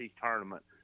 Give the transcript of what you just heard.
tournament